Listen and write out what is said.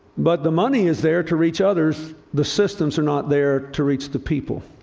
but the money is there to reach others. the systems are not there to reach the people.